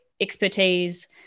expertise